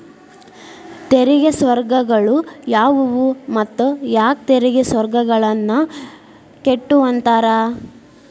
ತೆರಿಗೆ ಸ್ವರ್ಗಗಳು ಯಾವುವು ಮತ್ತ ಯಾಕ್ ತೆರಿಗೆ ಸ್ವರ್ಗಗಳನ್ನ ಕೆಟ್ಟುವಂತಾರ